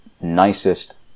nicest